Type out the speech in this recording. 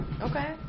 Okay